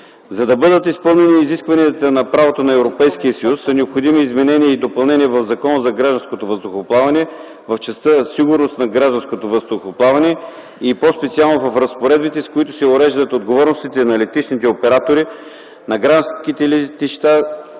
За да бъдат изпълнени изискванията на правото на Европейския съюз са необходими изменения и допълнения в Закона за гражданското въздухоплаване в частта „Сигурност на гражданското въздухоплаване” и по-специално в разпоредбите, с които се уреждат отговорностите на летищните оператори на гражданските летища